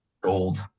Gold